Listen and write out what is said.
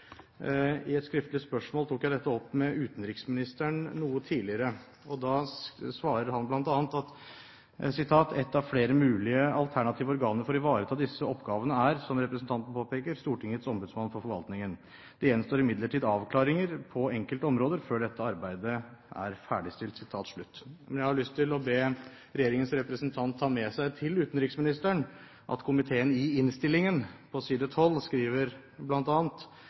I et skriftlig spørsmål noe tidligere tok jeg dette opp med utenriksministeren. Da svarer han bl.a.: «Ett av flere mulige alternative organer for å ivareta disse oppgavene er, som representanten påpeker, Stortingets ombudsmann for forvaltningen. Det gjenstår imidlertid avklaringer på enkelte områder før dette arbeidet er ferdigstilt.» Jeg har lyst til å be regjeringens representant ta med seg til utenriksministeren at komiteen i innstillingen på side 12 skriver